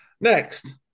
Next